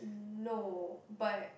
no but